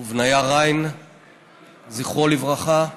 ובניה ריין זכרו לברכה.